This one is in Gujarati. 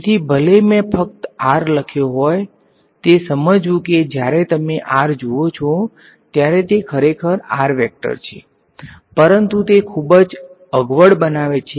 તેથી ભલે મેં ફક્ત r લખ્યો હોય તે સમજવુ કે જ્યારે તમે r જુઓ છો ત્યારે તે ખરેખર છે પરંતુ તે ખૂબ જ અગવડ બનાવે છે